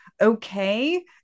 okay